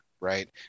right